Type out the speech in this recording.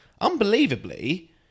unbelievably